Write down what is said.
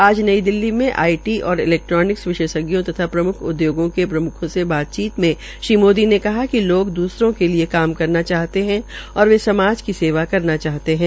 आज नई दिल्ली में आई टी ओर से इलैक्ट्रोनिक्स विशेषताओं तथा प्रम्ख उद्योगों के प्रम्खों से बातचीत में श्रीमोदी ने कहा कि लोग दूसरों के लिए काम करना चाहते हे और वे समाज की सेवा करना चाहते हे